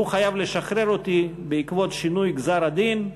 שהוא חייב לשחרר אותי בעקבות שינוי גזר-הדין,